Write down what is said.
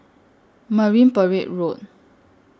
Marine Parade Road